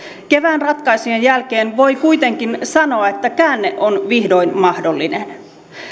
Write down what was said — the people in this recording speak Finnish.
kevään ratkaisujen jälkeen voi kuitenkin sanoa että käänne on vihdoin mahdollinen